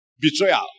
Betrayal